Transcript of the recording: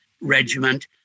regiment